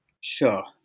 Sure